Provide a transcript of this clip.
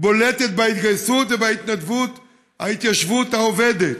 בולטת בהתגייסות ובהתנדבות ההתיישבות העובדת: